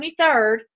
23rd